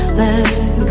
let